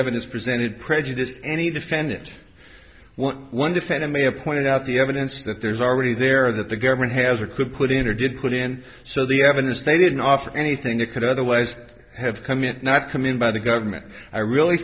evidence presented prejudice any defendant when one defendant may have pointed out the evidence that there's already there that the government has or could put in or did put in so the evidence they didn't offer anything that could otherwise have come it not come in by the government i really